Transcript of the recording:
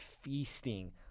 feasting